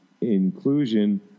inclusion